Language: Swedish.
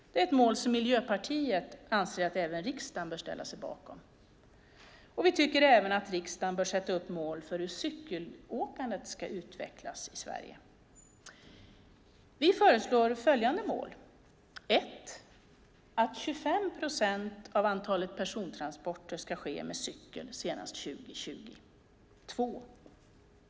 Det är ett mål som Miljöpartiet anser att riksdagen bör ställa sig bakom. Och vi tycker även att riksdagen ska sätta upp mål för hur cykelåkandet ska utvecklas i Sverige. Vi föreslår följande mål: 1. Att 25 procent av antalet persontransporter ska ske med cykel senast 2020. 2.